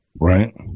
Right